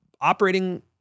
operating